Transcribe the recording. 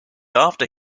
after